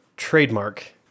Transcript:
trademark